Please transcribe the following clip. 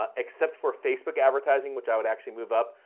ah except for facebook advertising, which i would actually move up,